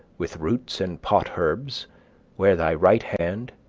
with roots and pot-herbs where thy right hand,